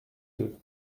deux